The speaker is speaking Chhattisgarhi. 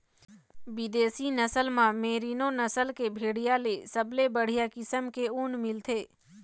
बिदेशी नसल म मेरीनो नसल के भेड़िया ले सबले बड़िहा किसम के ऊन मिलथे